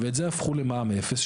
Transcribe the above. את זה הפכו למע"מ אפס,